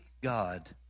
God